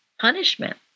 punishment